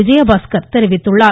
விஜயபாஸ்கர் தெரிவித்துள்ளார்